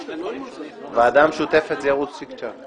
ועדה משותפת זה ירוץ צ'יק-צ'ק.